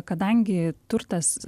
kadangi turtas